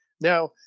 Now